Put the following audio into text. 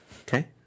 Okay